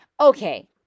Okay